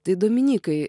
tai dominykai